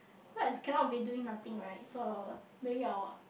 but cannot be doing nothing right so I will maybe I will